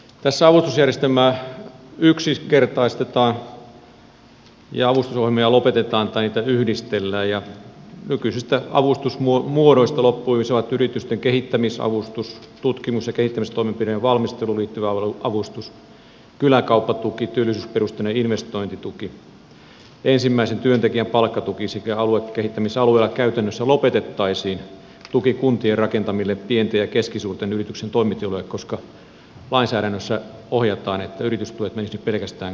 tässä avustusjärjestelmää yksinkertaistetaan ja avustusohjelmia lopetetaan tai niitä yhdistellään ja nykyisistä avustusmuodoista loppuisivat yritysten kehittämisavustus tutkimus ja kehittämistoimenpiteiden valmisteluun liittyvä avustus kyläkauppatuki työllisyysperusteinen investointituki ensimmäisen työntekijän palkkatuki sekä aluekehittämisalueilla käytännössä lopetettaisiin tuki kuntien rakentamille pienten ja keskisuurten yrityksien toimitiloille koska lainsäädännössä ohjataan että yritystuet menisivät nyt pelkästään kunnille